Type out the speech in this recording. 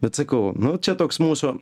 bet sakau nu čia toks mūsų